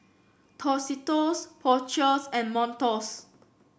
Tostitos Porsches and Montos